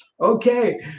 okay